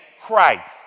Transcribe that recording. Christ